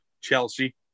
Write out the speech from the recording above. Chelsea